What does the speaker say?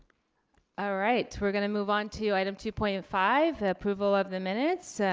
all right, we're gonna move onto item two point five, approval of the minutes.